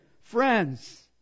friends